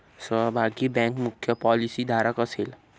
सहभागी बँक मुख्य पॉलिसीधारक असेल